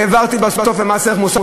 העברתי בסוף להצעה לסדר-היום.